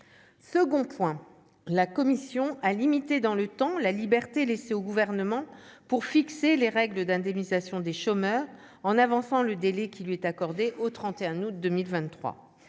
second point, la commission a limité dans le temps la liberté laissée au gouvernement pour fixer les règles d'indemnisation des chômeurs en avançant le délai qui lui est accordée au 31 août 2023